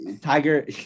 Tiger